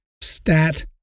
stat